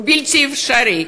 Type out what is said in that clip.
הוא בלתי אפשרי.